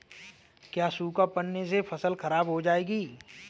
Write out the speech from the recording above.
क्या सूखा पड़ने से फसल खराब हो जाएगी?